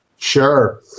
Sure